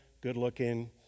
good-looking